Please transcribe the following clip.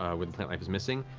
um where the plant life is missing,